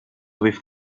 with